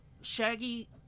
Shaggy